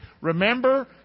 Remember